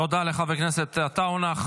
תודה לחבר הכנסת עטאונה.